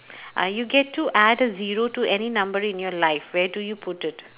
uh you get to add a zero to any number in your life where do you put it